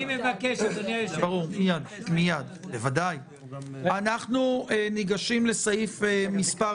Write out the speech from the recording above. אנחנו ניגשים לסעיף מס'